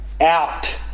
out